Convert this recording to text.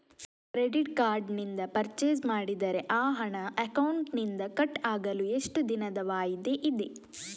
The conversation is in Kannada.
ಕ್ರೆಡಿಟ್ ಕಾರ್ಡ್ ನಿಂದ ಪರ್ಚೈಸ್ ಮಾಡಿದರೆ ಆ ಹಣ ಅಕೌಂಟಿನಿಂದ ಕಟ್ ಆಗಲು ಎಷ್ಟು ದಿನದ ವಾಯಿದೆ ಇದೆ?